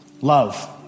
love